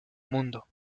mundo